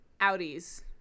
Audis